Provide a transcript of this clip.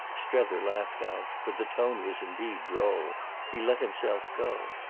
strether laughed out for the tone was indeed droll he let himself go.